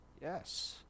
Yes